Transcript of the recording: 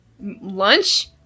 lunch